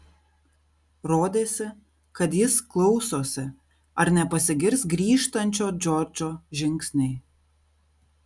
rodėsi kad jis klausosi ar nepasigirs grįžtančio džordžo žingsniai